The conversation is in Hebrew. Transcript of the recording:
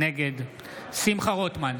נגד שמחה רוטמן,